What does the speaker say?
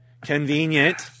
convenient